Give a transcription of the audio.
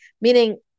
Meaning